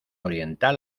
oriental